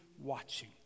watching